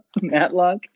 Matlock